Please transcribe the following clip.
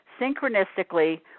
synchronistically